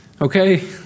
Okay